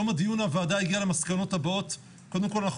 בתום הדיון הוועדה הגיעה למסקנות הבאות: קודם כל אנחנו